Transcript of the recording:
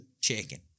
Chicken